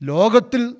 Logatil